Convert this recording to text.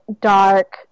dark